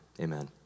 amen